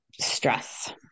Stress